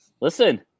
listen